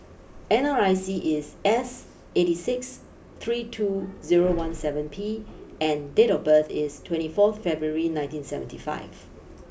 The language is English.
N R I C is S eighty six three two zero one seven P and date of birth is twenty four February nineteen seventy five